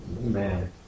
man